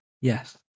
Yes